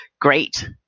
great